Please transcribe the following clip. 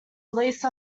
release